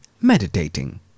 meditating